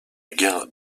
guerre